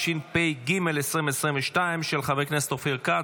התשפ"ג 2022, של חבר הכנסת אופיר כץ.